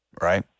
right